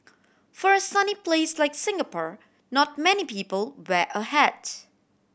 for a sunny place like Singapore not many people wear a hat